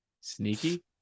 sneaky